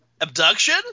Abduction